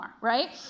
right